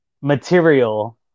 material